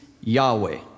Yahweh